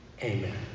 Amen